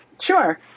Sure